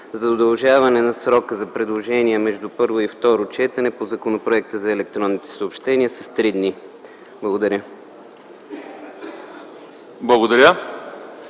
за удължаване на срока за предложения между първо и второ четене по Законопроекта за електронните съобщения с три дни. Благодаря.